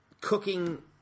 cooking